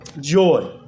Joy